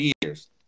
years